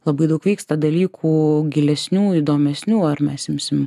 labai daug vyksta dalykų gilesnių įdomesnių ar mes imsim